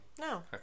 No